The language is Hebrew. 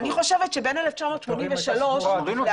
אני חושבת שבין 1983 ל-2016,